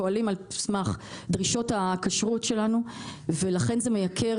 פועלים על סמך דרישות הכשרות שלנו ולכן זה מייקר